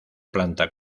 planta